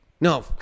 No